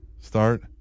start